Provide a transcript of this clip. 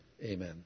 Amen